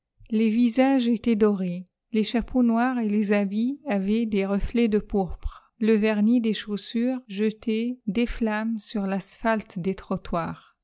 les visages étaient dorés les chapeaux noirs et les habits avaient des reflets de pourpre le vernis des chaussures jetait des flammes sur l'asphalte des trottoirs